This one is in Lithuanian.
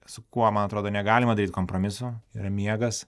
su kuo man atrodo negalima daryt kompromisų yra miegas